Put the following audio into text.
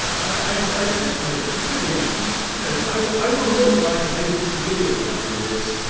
and i so i said to him, really ah you you know i will look like an egotist idiot if i do this,